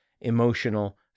emotional